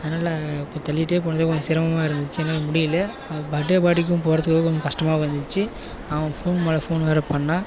அதனால் இப்போ தள்ளிட்டே போனதில் கொஞ்சம் சிரமமாக இருந்துச்சு என்னால் முடியலை அது பர்த்டே பார்ட்டிக்கும் போகிறதுக்கு கொஞ்சம் கஷ்டமாகவும் இருந்துச்சு அவன் போன் மேலே ஃபோன் வேறு பண்ணான்